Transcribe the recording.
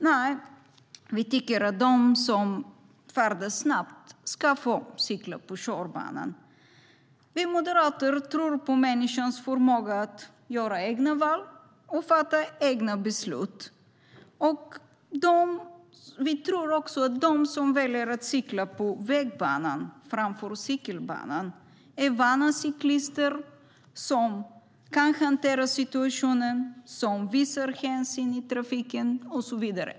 Nej, de som färdas snabbt ska få cykla på körbanan. Vi moderater tror på människans förmåga att göra egna val och fatta egna beslut. Vi tror också att de som väljer att cykla på vägbanan framför cykelbanan är vana cyklister som kan hantera situationen, som visar hänsyn i trafiken och så vidare.